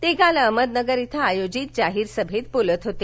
ते काल अहमदनगर इथं आयोजित जाहीर सभेत बोलत होते